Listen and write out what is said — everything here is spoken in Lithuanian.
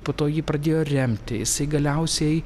po to jį pradėjo remti jisai galiausiai